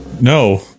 No